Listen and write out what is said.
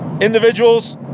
individuals